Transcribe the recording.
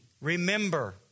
Remember